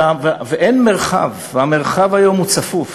אין מרחב, והמרחב היום הוא צפוף